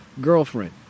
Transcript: girlfriend